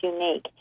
unique